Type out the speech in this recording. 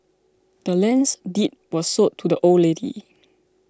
the land's deed was sold to the old lady